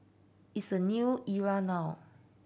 it's a new era now